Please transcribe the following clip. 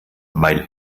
weil